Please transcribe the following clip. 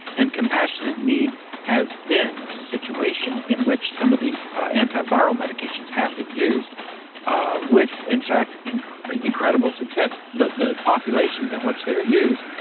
and compassionate need has been the situation in which some of these antiviral medications have been used with in fact, incredible success. the the populations in which they are used,